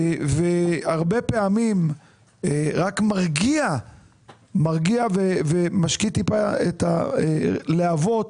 הרבה פעמים רק מרגיע ומשקיט טיפה את הלהבות,